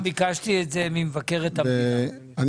אני פעם ביקשתי את זה ממבקרת המדינה, לא הצלחתי.